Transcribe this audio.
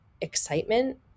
excitement